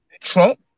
Trump